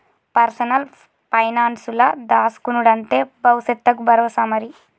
personal పైనాన్సుల దాస్కునుడంటే బవుసెత్తకు బరోసా మరి